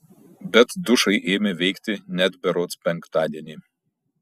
bet dušai ėmė veikti net berods penktadienį